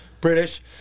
British